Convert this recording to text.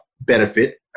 benefit